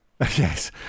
yes